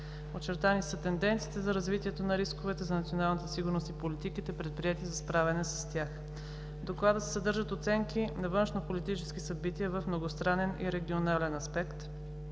Очертани са тенденциите за развитието на рисковете за националната сигурност и политиките, предприети за справяне с тях. В Доклада се съдържат оценки на външнополитически събития в многостранен и регионален аспект.